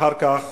אחר כך